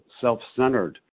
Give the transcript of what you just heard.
self-centered